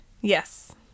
Yes